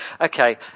okay